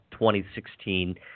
2016